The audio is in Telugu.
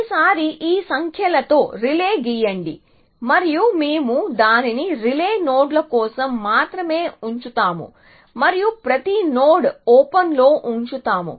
ఈసారి ఈ సంఖ్యలతో రిలే గీయండి మరియు మేము దానిని రిలే నోడ్ల కోసం మాత్రమే ఉంచుతాము మరియు ప్రతి నోడ్ ఓపెన్లో ఉంచుతాము